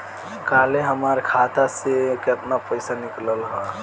काल्हे हमार खाता से केतना पैसा निकलल बा?